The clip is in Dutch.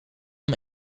hem